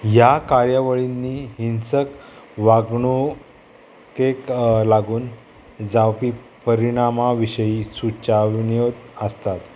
ह्या कार्यावळींनी हिंसक वागणूकेक लागून जावपी परिणामा विशयीं सुचावण्यो आसतात